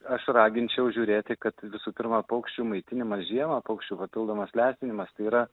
aš raginčiau žiūrėti kad visų pirma paukščių maitinimas žiemą paukščių papildomas lepinimas tai yra